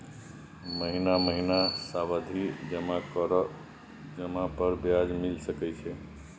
महीना महीना सावधि जमा पर ब्याज मिल सके छै?